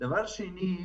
דבר נוסף,